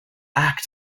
act